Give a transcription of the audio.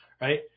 right